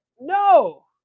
no